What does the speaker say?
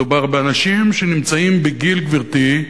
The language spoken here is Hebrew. מדובר באנשים שנמצאים בגיל, גברתי,